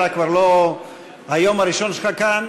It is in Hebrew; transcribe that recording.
אתה כבר לא ביום הראשון שלך כאן,